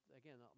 again